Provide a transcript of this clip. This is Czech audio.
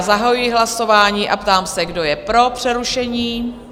Zahajuji hlasování a ptám se, kdo je pro přerušení?